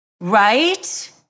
Right